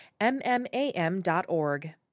MMAM.org